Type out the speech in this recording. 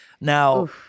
Now